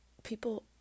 people